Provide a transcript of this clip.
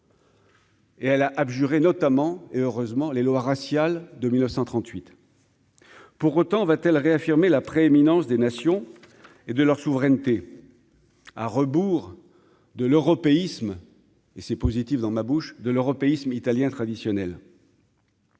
Et elle a abjuré notamment et heureusement les lois raciales de 1938 pour autant va-t-elle réaffirmé la prééminence des nations et de leur souveraineté à rebours de l'européisme et c'est positif dans ma bouche, de l'européisme italien traditionnel.